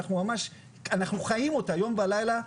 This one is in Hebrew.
אנחנו חיים אותה יום ולילה,